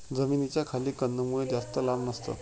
जमिनीच्या खाली कंदमुळं जास्त लांब नसतात